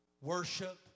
worship